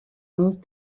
moved